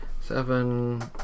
Seven